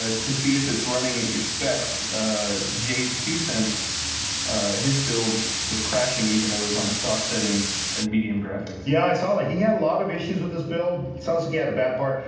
ah to see if it's running at your specs j's to sense his build was crashing even those on stock settings and medium graphics yeah, i saw ah he had a lot of issues with this build it sounds like you had a bad part,